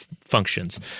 functions